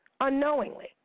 Unknowingly